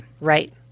Right